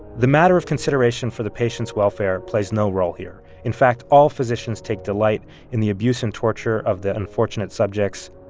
the matter of consideration for the patient's welfare plays no role here. in fact, all physicians take delight in the abuse and torture of the unfortunate subjects.